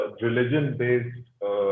religion-based